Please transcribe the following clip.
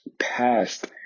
past